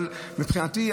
אבל מבחינתי,